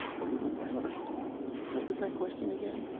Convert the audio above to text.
little louder, please. what was that question again?